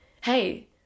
hey